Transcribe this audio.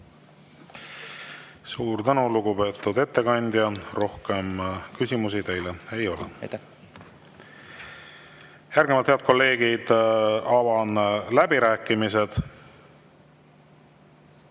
Suur tänu, lugupeetud ettekandja! Rohkem küsimusi teile ei ole. Järgnevalt, head kolleegid, avan läbirääkimised.